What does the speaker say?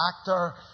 actor